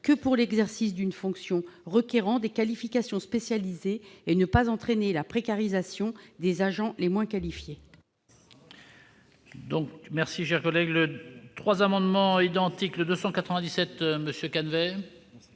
que pour l'exercice d'une fonction requérant des qualifications spécialisées et ne pas entraîner la précarisation des agents les moins qualifiés.